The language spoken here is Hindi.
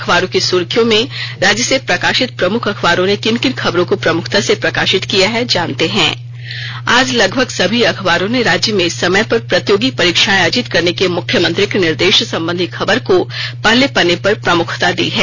अखबारों की सुर्खियां और आईये अब सुनते हैं राज्य से प्रकाशित प्रमुख अखबारों ने किन किन खबरों को प्रमुखता से प्रकाशित किया है आज लगभग सभी अखबारों ने राज्य में समय पर प्रतियोगी परीक्षाएं आयोजित करने के मुख्यमंत्री के निर्देश संबंधी खबर को पहले पन्ने पर प्रमुखता दी है